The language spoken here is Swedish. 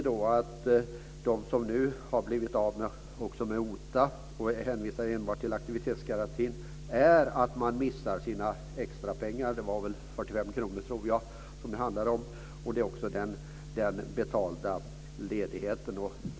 De som nu har blivit av med OTA och är hänvisade enbart till aktivitetsgarantin missar extraersättningen om 45 kr om dagen och även den betalda ledigheten.